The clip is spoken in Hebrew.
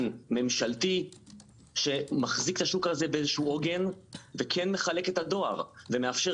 ממשלתי שמחזיק את השוק הזה באיזשהו עוגן וכן מחלק את הדואר ומאפשר